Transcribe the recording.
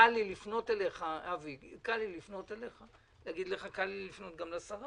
קל לי לפנות אליך המנכ"ל - קל לי לפנות גם לשרה